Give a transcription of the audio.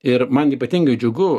ir man ypatingai džiugu